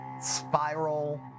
spiral